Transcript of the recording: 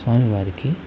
స్వామివారికి